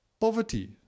Poverty